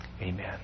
Amen